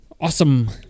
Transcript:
awesome